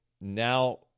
now